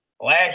Last